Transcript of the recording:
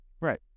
Right